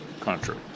country